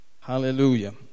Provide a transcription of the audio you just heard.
hallelujah